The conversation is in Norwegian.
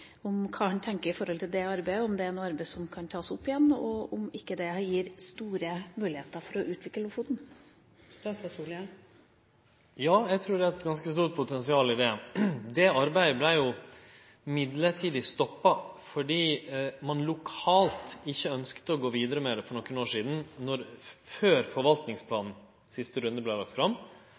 det arbeidet. Er det et arbeid som kan tas opp igjen, og gir det ikke store muligheter for å utvikle Lofoten? Eg trur det er eit ganske stort potensial i det. Det arbeidet vart midlertidig stoppa fordi ein for nokre år sidan lokalt ikkje ønskte å gå vidare med det før forvaltingsplanen, siste runde, vart lagd fram. Det var blant dei politiske leiarane i regionen stor interesse for